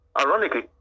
Ironically